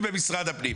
במשרד הפנים